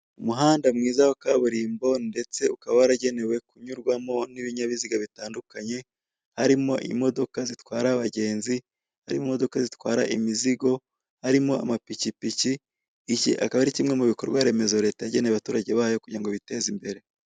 Umuhanda mwiza wa kaburimbo ndetse ukaba waragenewe kunyurwamo n'ibinyabiziga bitandukanye harimo imodoka zitwara abagenzi, harimo imodoka zitwara imizigo, harimo amapikipiki, iki akaba ari kimwe mu bikorwaremezo leta yageneye abaturage bayo kugira ngo biteze imbere.